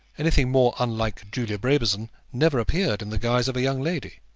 anything more unlike julia brabazon never appeared in the guise of a young lady.